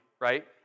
right